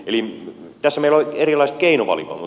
eli tässä meillä on erilaiset keinovalikoimat